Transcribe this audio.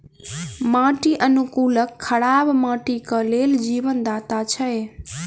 माटि अनुकूलक खराब माटिक लेल जीवनदाता छै